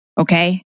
Okay